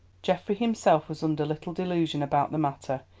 geoffrey himself was under little delusion about the matter.